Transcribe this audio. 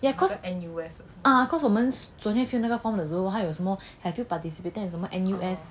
yeah cause ah cause 我们昨天 fill 那个 form 的时候他有什么 N_U_S participant 什么 N_U_S